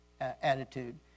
attitude